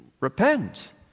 repent